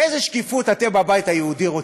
איזו שקיפות אתם בבית היהודי רוצים?